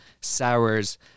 sours